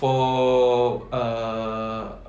for err